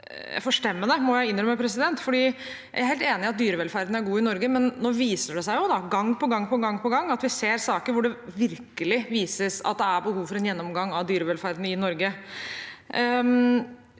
Jeg er helt enig i at dyrevelferden er god i Norge, men så viser det seg jo gang på gang at vi har saker hvor det virkelig vises at det er behov for en gjennomgang av dyrevelferden i Norge.